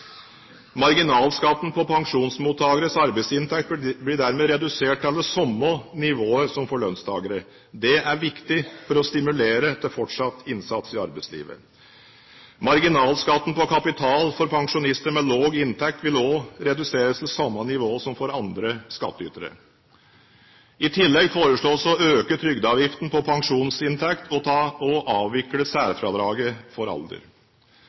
Marginalskatten på pensjonsmottakeres arbeidsinntekt blir dermed redusert til det samme nivået som for lønnstakere. Det er viktig for å stimulere til fortsatt innsats i arbeidslivet. Marginalskatten på kapital for pensjonister med lav inntekt vil også reduseres til samme nivå som for andre skattytere. I tillegg foreslås det å øke trygdeavgiften på pensjonsinntekt og å avvikle særfradraget for alder.